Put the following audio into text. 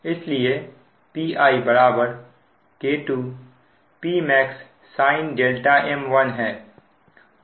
इसलिए Pi K2 Pmax sinm1 है